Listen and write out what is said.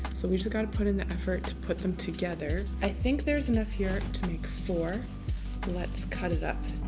so we just gotta put in the effort to put them together. i think there's enough here to make four let's cut it up.